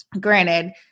Granted